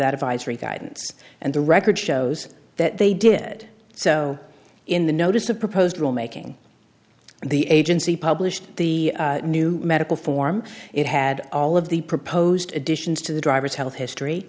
guidance and the record shows that they did so in the notice of proposed rule making the agency published the new medical form it had all of the proposed additions to the drivers health history